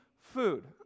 food